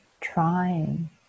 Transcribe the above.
trying